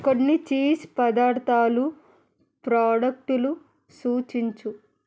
కొన్ని చీజ్ పదార్థాలు ప్రాడక్టులు సూచించు